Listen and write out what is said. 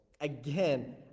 Again